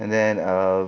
and then err